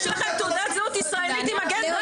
יש לכם תעודה זהות ישראלית עם מגן דוד.